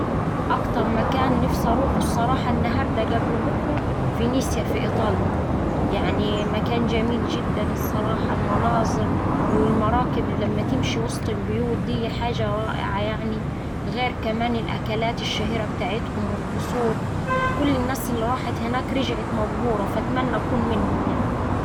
أكتر مكان نفسي أروحه الصراحة النهارده قبل بكرة فنيسيا في إيطاليا يعني مكان جميل جدا الصراحة يعني المناظر والمراكب اللي أما تمشي وسط البيوت ديه. حاجة رائعة يعني. غير كمان الأكلات الشهيرة بتاعتهم والقصور. كل الناس اللي راحت هناك رجعت مبهورة، فأتمنى أكون منهم يعني.